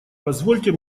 позвольте